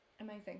amazing